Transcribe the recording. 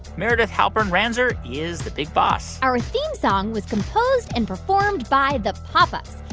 meredith halpern-ranzer is the big boss our theme song was composed and performed by the pop ups.